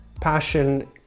passion